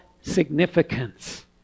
significance